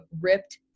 ripped